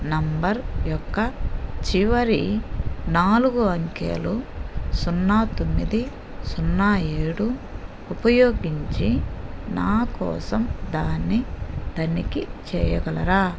number యొక్క చివరి నాలుగు అంకెలు సున్నా తొమ్మిది సున్నా ఏడు ఉపయోగించి నా కోసం దాన్ని తనిఖీ చేయగలరా